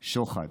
שוחד.